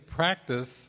practice